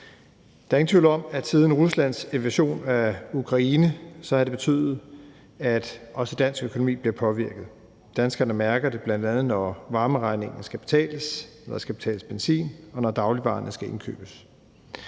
Der er ingen tvivl om, at Ruslands invasion af Ukraine har betydet, at også dansk økonomi bliver påvirket. Danskerne mærker det, bl.a. når varmeregningen skal betales, når der skal betales benzin, og når dagligvarerne skal indkøbes.